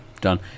Done